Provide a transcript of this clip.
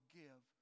give